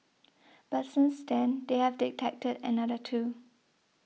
but since then they have detected another two